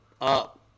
Up